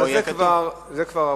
אבל זה כבר הרבה.